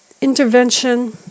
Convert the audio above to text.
intervention